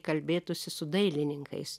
kalbėtųsi su dailininkais